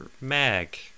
Mag